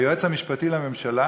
היועץ המשפטי לממשלה,